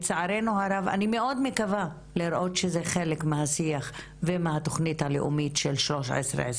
אני מאוד מקווה לראות שזה יהיה חלק מהשיח ומהתוכנית הלאומית של 1325,